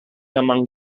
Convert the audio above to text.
among